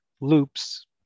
loops